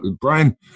Brian